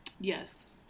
Yes